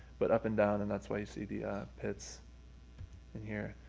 but up and down and that's why you see the ah pits in here.